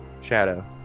Shadow